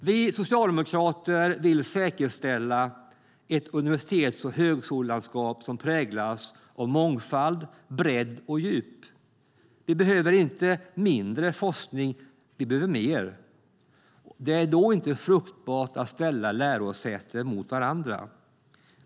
Vi socialdemokrater vill säkerställa ett universitets och högskolelandskap som präglas av mångfald, bredd och djup. Vi behöver inte mindre forskning. Vi behöver mer. Det är då inte fruktbart att ställa lärosäten mot varandra.